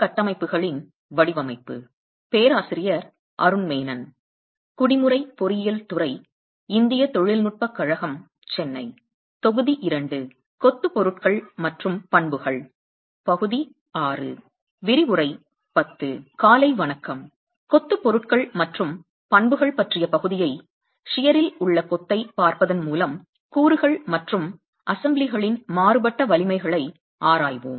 காலை வணக்கம் கொத்து பொருட்கள் மற்றும் பண்புகள் பற்றிய பகுதியை ஷியரில் உள்ள கொத்தை பார்ப்பதன் மூலம் கூறுகள் மற்றும் அசெம்பிளிகளின் மாறுபட்ட வலிமைகளை ஆராய்வோம்